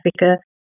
Africa